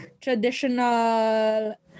traditional